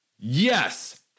yes